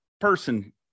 person